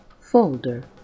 Folder